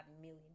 million